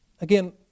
Again